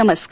नमस्कार